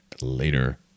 later